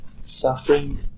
Suffering